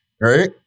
right